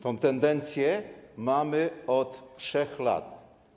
Tę tendencję mamy od 3 lat.